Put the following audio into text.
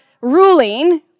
ruling